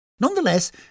Nonetheless